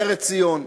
לארץ ציון,